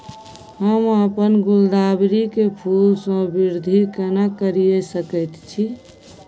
हम अपन गुलदाबरी के फूल सो वृद्धि केना करिये सकेत छी?